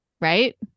Right